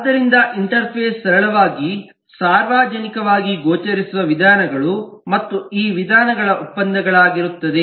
ಆದ್ದರಿಂದ ಇಂಟರ್ಫೇಸ್ ಸರಳವಾಗಿ ಸಾರ್ವಜನಿಕವಾಗಿ ಗೋಚರಿಸುವ ವಿಧಾನಗಳು ಮತ್ತು ಈ ವಿಧಾನಗಳ ಒಪ್ಪಂದಗಳಾಗಿರುತ್ತದೆ